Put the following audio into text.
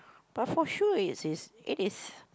but for sure it's is it is